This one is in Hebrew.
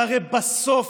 והרי בסוף,